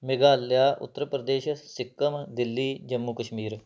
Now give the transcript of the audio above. Meghalaya Uttar Pradesh Sikkim Delhi Jammu Kashmir